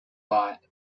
bought